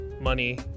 money